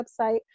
website